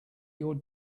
your